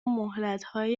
مهلتهای